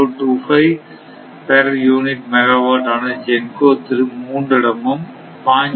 025 per unit megawatt ஆனது GENCO 3 இடமும் மற்றும் 0